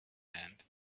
hand